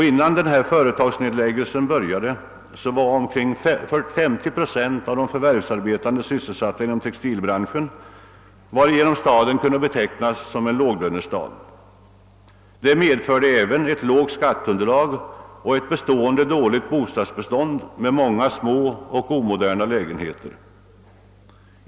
Innan dessa nedläggningar av företag började var omkring 50 procent av de förvärvsarbetande sysselsatta inom textilbranschen, varför staden kunde betecknas som en låglönestad. Detta medförde även lågt skatteunderlag och ett bestående dåligt bostadsbestånd med många små omoderna lägenheter.